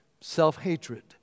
self-hatred